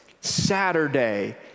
Saturday